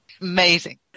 Amazing